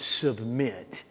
submit